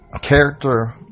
character